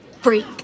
Freak